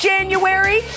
January